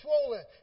swollen